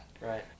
Right